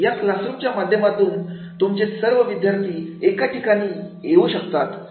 या क्लासरुम च्या माध्यमातून तुमचे सर्व विद्यार्थी एका ठिकाणी येऊ शकतात